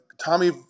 Tommy